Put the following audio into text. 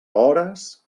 hores